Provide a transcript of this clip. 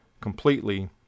completely